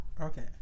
Okay